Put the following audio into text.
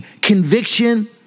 conviction